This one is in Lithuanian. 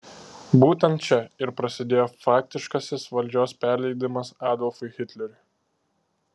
būtent čia ir prasidėjo faktiškasis valdžios perleidimas adolfui hitleriui